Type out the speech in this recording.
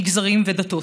מגזרים ודתות.